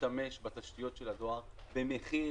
להשתמש בתשתיות של הדואר במחיר